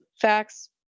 facts